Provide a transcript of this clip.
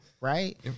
right